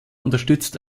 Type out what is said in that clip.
unterstützt